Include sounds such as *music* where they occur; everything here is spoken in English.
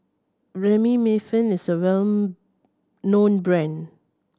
*unintelligible* is a well known brand